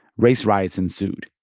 race riots ensued,